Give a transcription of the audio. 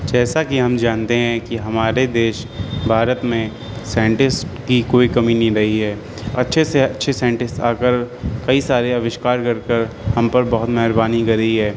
جیسا کہ ہم جانتے ہیں کہ ہمارے دیش بھارت میں سائنٹس کی کوئی کمی نہیں رہی ہے اچھے سے اچھے سائنٹس آ کر کئی سارے آوشکار کر کر ہم پر بہت مہربانی کری ہے